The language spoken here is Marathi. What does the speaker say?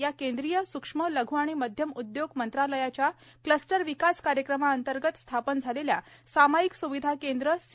या केंद्रीय सूक्ष्म लघ् आणि मध्यम उदयोग मंत्रालयाच्या क्लस्टर विकास कार्यक्रमाअंतर्गत स्थापन झालेल्या सामाईक स्विधा केंद्र सी